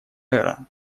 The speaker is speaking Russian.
эра